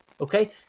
okay